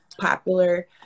popular